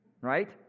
right